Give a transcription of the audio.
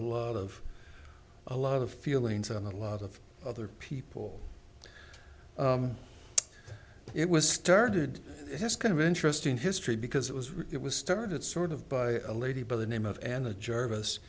lot of a lot of feelings and a lot of other people it was started it has kind of interesting history because it was it was started sort of by a lady by the name of anna jarvis